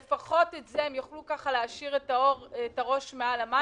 הן יוכלו להשאיר את הראש מעל המים.